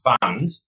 fund